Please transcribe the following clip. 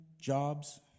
jobs